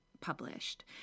published